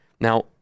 Now